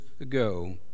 ago